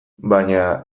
baina